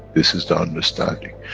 this is the understanding,